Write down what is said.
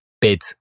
bid